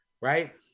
Right